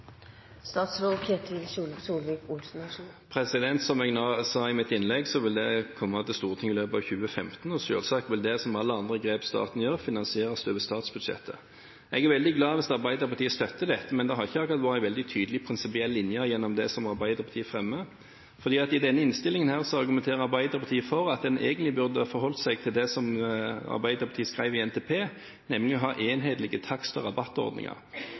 Som jeg sa i mitt innlegg, vil dette komme til Stortinget i løpet av 2015, og selvsagt vil dette, som alle andre grep staten gjør, finansieres over statsbudsjettet. Jeg er veldig glad hvis Arbeiderpartiet støtter dette, men det har ikke akkurat vært en veldig tydelig, prinsipiell linje gjennom det som Arbeiderpartiet fremmer. For i denne innstillingen argumenterer Arbeiderpartiet for at en egentlig burde forholdt seg til det som Arbeiderpartiet skrev i innstillingen til NTP, nemlig om å ha enhetlige takst- og rabattordninger.